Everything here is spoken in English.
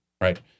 right